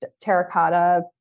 terracotta